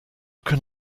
can